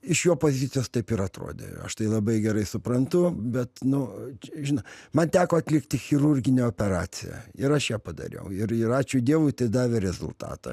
iš jo pozicijos taip ir atrodė aš tai labai gerai suprantu bet nu žinai man teko atlikti chirurginę operaciją ir aš ją padariau ir ir ačiū dievui tai davė rezultatą